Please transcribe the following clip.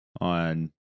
on